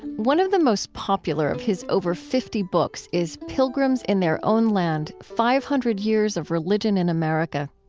one of the most popular of his over fifty books is pilgrims in their own land five hundred years of religion in american.